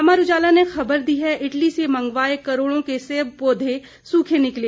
अमर उजाला ने खबर दी है इटली से मंगवाए करोड़ों के सेब पौधे सूखे निकले